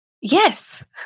Yes